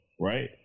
Right